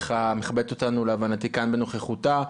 המכבדת אותנו בנוכחותה,